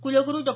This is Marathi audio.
कुलगुरु डॉ